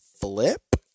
flip